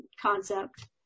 concept